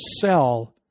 sell